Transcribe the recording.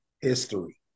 history